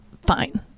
fine